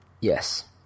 Yes